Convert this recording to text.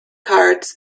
cards